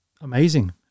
amazing